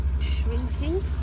shrinking